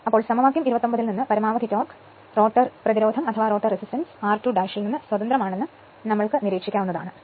അതിനാൽ സമവാക്യം 29 ൽ നിന്നു പരമാവധി ടോർക്ക് റോട്ടർ റെസിസ്റ്റൻസ് r2 ൽ നിന്ന് സ്വതന്ത്രമാണെന്ന് നിരീക്ഷിക്കാവുന്നതാണ്